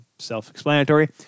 Self-explanatory